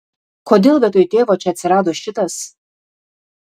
kodėl vietoj tėvo čia atsirado šitas